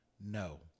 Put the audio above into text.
No